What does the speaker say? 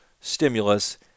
stimulus